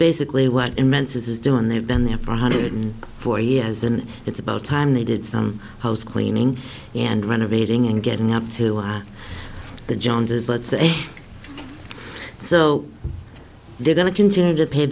basically what immense is doing they've been there for a hundred and four years and it's about time they did some house cleaning and renovating and getting up to the joneses let's say so they're going to continue to pay